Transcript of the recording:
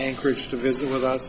anchorage to visit with u